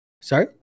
Sorry